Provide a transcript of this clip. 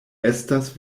estas